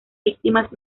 víctimas